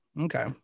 okay